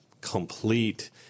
complete